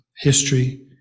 history